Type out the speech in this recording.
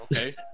Okay